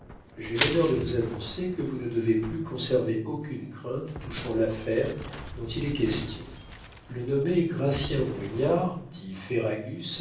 j'ai l'honneur de vous annoncer que vous ne devez plus conserver aucune crainte touchant l'affaire dont il est question le nommé gratien bourignard dit